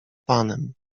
panem